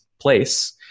place